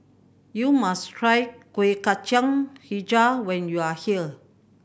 you must try Kueh Kacang Hijau when you are here